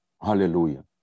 Hallelujah